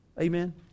Amen